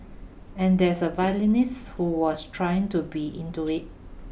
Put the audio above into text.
and there is a violinist who was trying to be into it